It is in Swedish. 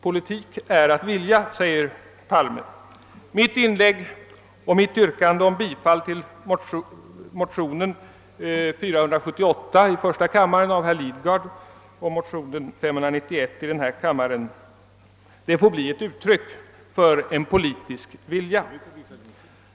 »Politik är att vilja», säger herr Palme. Mitt inlägg och mitt yrkande om bifall till motionerna I: 478 och II: 591 får bli ett uttryck för en politisk vilja.